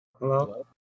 Hello